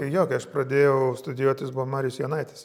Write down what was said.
jo kai jokios pradėjau studijuot jis buvo marius jonaitis